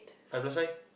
five plus five